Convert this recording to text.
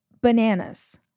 bananas